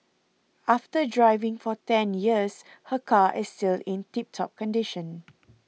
after driving for ten years her car is still in tip top condition